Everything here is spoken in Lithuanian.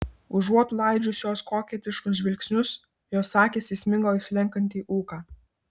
užuot laidžiusios koketiškus žvilgsnius jos akys įsmigo į slenkantį ūką